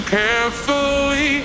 carefully